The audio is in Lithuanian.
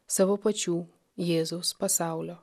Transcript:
savo pačių jėzaus pasaulio